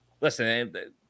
Listen